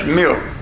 milk